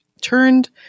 turned